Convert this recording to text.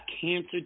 cancer